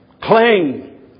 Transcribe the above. Cling